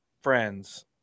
friends